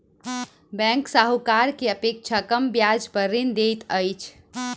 bank साहूकार के अपेक्षा कम ब्याज पर ऋण दैत अछि